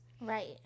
Right